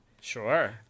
Sure